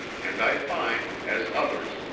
and i find, as others,